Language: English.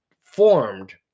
formed